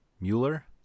Mueller